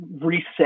reset